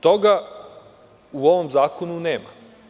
Toga u ovom zakonu nema.